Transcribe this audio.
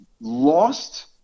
lost